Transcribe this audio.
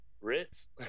Ritz